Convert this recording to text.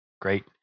great